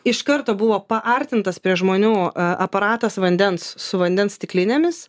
iš karto buvo paartintas prie žmonių a aparatas vandens su vandens stiklinėmis